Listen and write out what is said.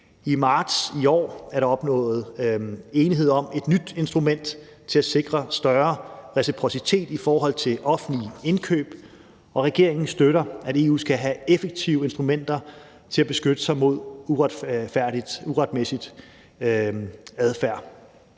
I marts i år er der opnået enighed om et nyt instrument til at sikre en større reciprocitet i forhold til offentlige indkøb, og regeringen støtter, at EU skal have effektive instrumenter til at beskytte sig mod en uretmæssig adfærd.